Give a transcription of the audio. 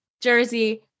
jersey